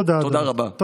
תודה רבה.